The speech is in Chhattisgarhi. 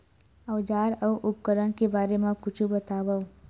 औजार अउ उपकरण के बारे मा कुछु बतावव?